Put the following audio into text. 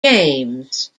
james